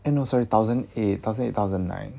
eh no sorry thousand eight thousand eight thousand nine